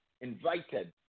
invited